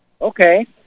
Okay